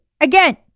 Again